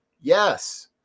Yes